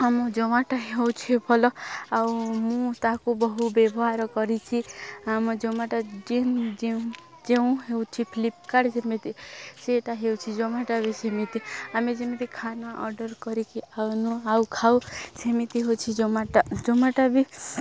ଆମ ଜୋମାଟୋ ହେଉଛି ଭଲ ଆଉ ମୁଁ ତାକୁ ବହୁ ବ୍ୟବହାର କରିଛି ଆମ ଜୋମାଟୋ ଯେନ୍ ଯେଉଁ ଯେଉଁ ହେଉଛି ଫ୍ଲିପକାର୍ଟ ଯେମିତି ସେଇଟା ହେଉଛି ଜୋମାଟୋ ବି ସେମିତି ଆମେ ଯେମିତି ଖାନା ଅର୍ଡ଼ର୍ କରିକି ଆଉ ନୁ ଆଉ ଖାଉ ସେମିତି ହେଉଛି ଜୋମାଟୋ ଜୋମାଟୋ ବି